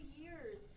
years